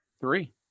Three